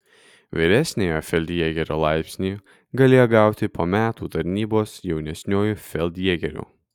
vyresniojo feldjėgerio laipsnį galėjo gauti po metų tarnybos jaunesniuoju feldjėgeriu